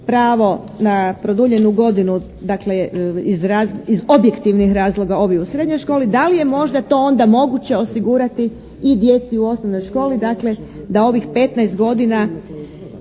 pravo na produljenu godinu dakle iz objektivnih razloga ovi u srednjoj školi da li je možda to onda moguće osigurati i djeci u osnovnoj školi dakle da ovih 15 godina